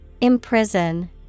Imprison